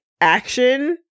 action